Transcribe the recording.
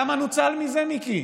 כמה נוצל מזה, מיקי?